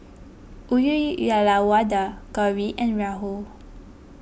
Uyyalawada Gauri and Rahul